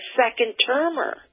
second-termer